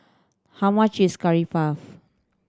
how much is Curry Puff